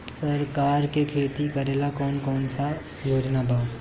सरकार के खेती करेला कौन कौनसा योजना बा?